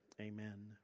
Amen